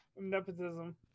Nepotism